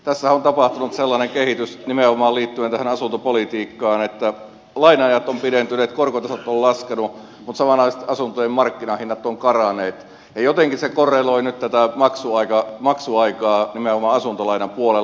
tässähän on tapahtunut sellainen kehitys nimenomaan liittyen tähän asuntopolitiikkaan että laina ajat ovat pidentyneet korkotasot ovat laskeneet mutta samanaikaisesti asuntojen markkinahinnat ovat karanneet ja jotenkin se korreloi nyt tätä maksuaikaa nimenomaan asuntolainapuolella